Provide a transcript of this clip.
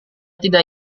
tidak